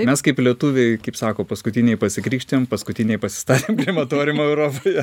mes kaip lietuviai kaip sako paskutiniai pasikrikštijom paskutiniai pasistatėm krematoriumą europoje